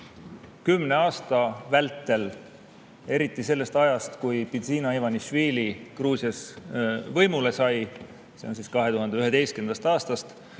kümne aasta vältel, eriti sellest ajast, kui Bidzina Ivanišvili Gruusias võimule sai, 2011. aastast,